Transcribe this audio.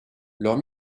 leurs